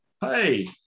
Hey